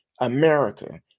America